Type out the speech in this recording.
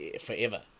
forever